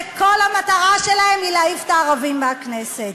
שכל המטרה שלהן היא להעיף את הערבים מהכנסת.